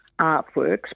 artworks